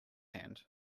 hand